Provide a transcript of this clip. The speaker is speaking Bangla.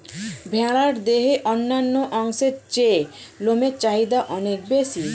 ভেড়ার দেহের অন্যান্য অংশের থেকে লোমের চাহিদা অনেক বেশি